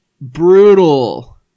brutal